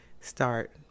start